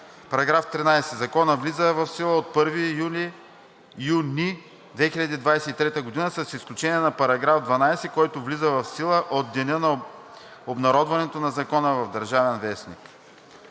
§ 13: „§ 13. Законът влиза в сила от 1 юни 2023 г., с изключение на § 12, който влиза в сила от деня на обнародването на закона в „Държавен вестник“.“